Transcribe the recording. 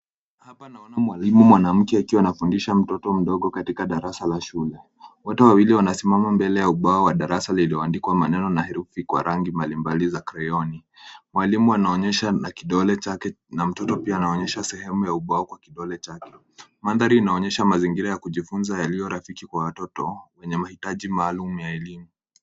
Hapa naona mwalimu mwanamke akiwa anafundisha mtoto mdogo katika darasa la shule. Wote wawili wanasimama mbele ya ubao wa darasa lililoandikwa maneno na herufi kwa rangi mbalimbali za krayoni . Mwalimu anaonyesha na kidole chake na mtoto pia anaonyesha sehemu ya ubao kwa kidole chake. Mandhari inaonyesha mazingira ya kujifunza yaliyo rafiki kwa watoto wenye mahitaji maalum ya elimu.